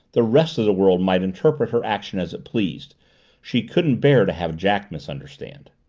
the rest of the world might interpret her action as it pleased she couldn't bear to have jack misunderstand.